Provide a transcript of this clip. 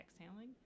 exhaling